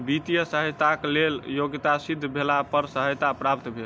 वित्तीय सहयताक लेल योग्यता सिद्ध भेला पर सहायता प्राप्त भेल